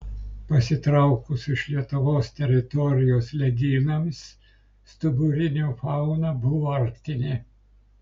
pasitraukus iš lietuvos teritorijos ledynams stuburinių fauna buvo arktinė